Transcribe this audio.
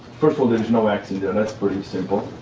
first of all, there's no ax in there, that's pretty simple.